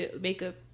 makeup